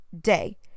day